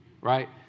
right